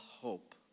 hope